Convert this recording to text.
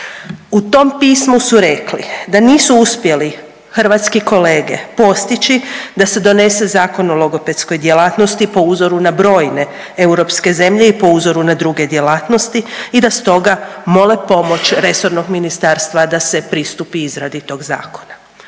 U tom pismu su rekli da nisu uspjeli hrvatski kolege postići da se donese zakon o logopedskoj djelatnosti po uzoru na brojne europske zemlje i po uzoru na druge djelatnosti i da stoga mole pomoć resornog ministarstva da se pristupi izradi tog zakona.